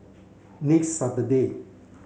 next Saturday